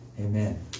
Amen